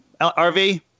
RV